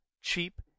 cheap